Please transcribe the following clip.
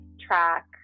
track